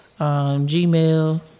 Gmail